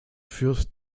führt